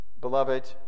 Beloved